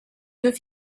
deux